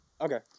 Okay